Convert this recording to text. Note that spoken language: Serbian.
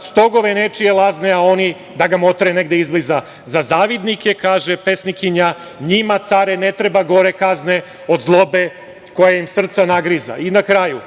stogove nečije lazne, a oni da ga motre negde izbliza. Za zavidnike, kaže pesnikinja – njima care, ne treba gore kazne od zlobe koja im srca nagriza. Na kraju,